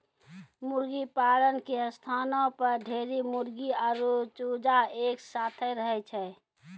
मुर्गीपालन के स्थानो पर ढेरी मुर्गी आरु चूजा एक साथै रहै छै